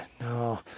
no